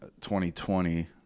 2020